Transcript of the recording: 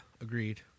agreed